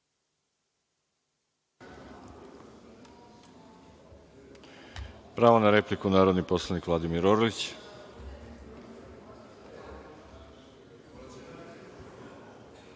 Pravo na repliku, narodni poslanik Vladimir Orlić.